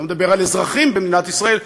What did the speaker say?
אני לא מדבר על אזרחים במדינת ישראל,